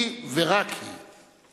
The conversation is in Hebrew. היא ורק היא.